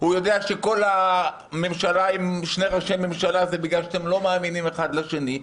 הוא יודע שהממשלה עם שני ראשי הממשלה זה בגלל שאתם לא מאמינים אחד לשני,